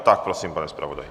Tak prosím, pane zpravodaji.